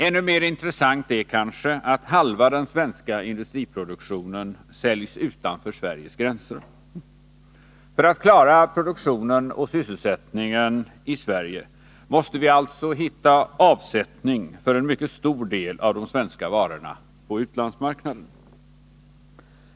Ännu mer intressant är kanske att halva den svenska industriproduktionen säljs utanför Sveriges gränser. För att klara produktionen och sysselsättningen i Sverige måste vi alltså hitta avsättning för en mycket stor del av de svenska varorna på utlandsmarknaderna.